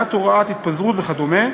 מניעת הוראת התפזרות וכדומה.